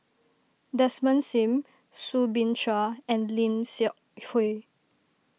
Desmond Sim Soo Bin Chua and Lim Seok Hui